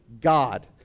God